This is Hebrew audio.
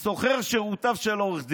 אני שוכר את שירותיו של עורך דין.